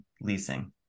leasing